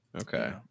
okay